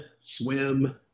swim